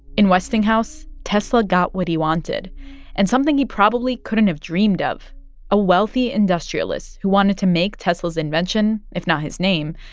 in westinghouse, tesla got what he wanted and something he probably couldn't have dreamed of a wealthy industrialist who wanted to make tesla's invention, if not his name,